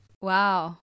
Wow